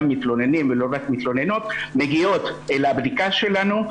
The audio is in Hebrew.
מתלוננים ולא רק מתלוננות מגיעים לבדיקה שלנו,